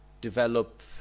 develop